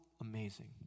amazing